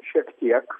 šiek tiek